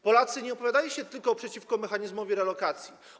Polacy nie opowiadali się tylko przeciwko mechanizmowi relokacji.